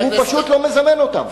הוא פשוט לא מזמן אותם.